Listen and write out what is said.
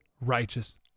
righteous